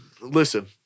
listen